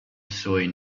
sioux